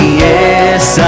yes